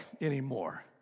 anymore